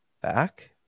back